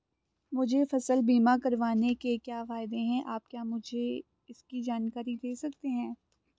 मुझे फसल बीमा करवाने के क्या फायदे हैं क्या आप मुझे इसकी जानकारी दें सकते हैं?